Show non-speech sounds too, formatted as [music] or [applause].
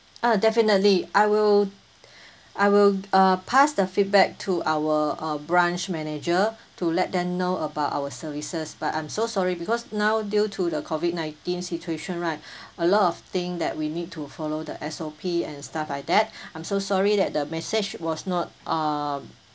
ah definitely I will [breath] I will uh pass the feedback to our uh branch manager to let them know about our services but I'm so sorry because now due to the COVID nineteen situation right [breath] a lot of thing that we need to follow the S_O_P and stuff like that [breath] I'm so sorry that the message was not um